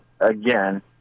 again